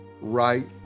right